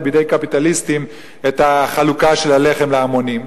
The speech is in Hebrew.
בידי קפיטליסטים את החלוקה של הלחם להמונים,